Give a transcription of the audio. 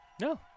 No